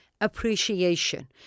appreciation